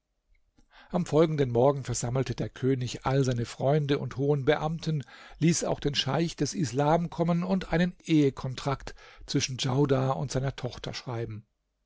am folgenden morgen versammelte der könig alle seine freunde und hohen beamten ließ auch den scheich des islams kommen und einen ehekontrakt zwischen djaudar und seiner tochter schreiben